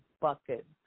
bucket